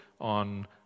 on